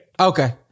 Okay